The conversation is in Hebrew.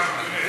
כמה?